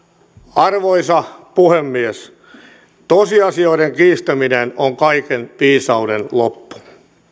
arvoisa puhemies tosiasioiden kiistäminen on kaiken viisauden loppu